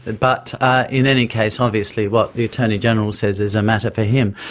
but in any case obviously what the attorney general says is a matter for him.